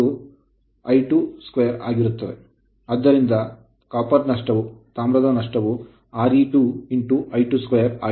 ಆದ್ದರಿಂದ ತಾಮ್ರ ನಷ್ಟವು Re2 I2 2